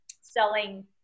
selling